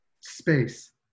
space